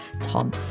Tom